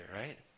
right